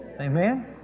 Amen